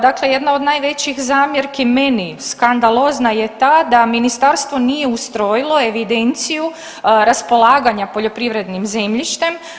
Dakle, jedna od najvećih zamjerki meni skandalozna je ta, da ministarstvo nije ustrojilo evidenciju raspolaganja poljoprivrednim zemljištem.